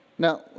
Now